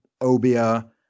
obia